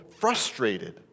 frustrated